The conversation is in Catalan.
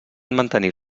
mantenir